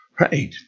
Right